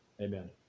Amen